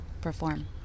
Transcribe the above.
perform